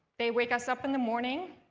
they wake us up in the morning.